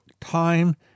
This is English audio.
time